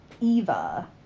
Eva